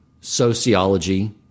sociology